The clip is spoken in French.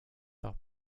par